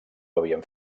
havien